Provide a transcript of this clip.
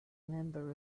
member